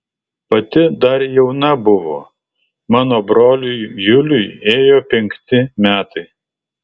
pati dar jauna buvo mano broliui juliui ėjo penkti metai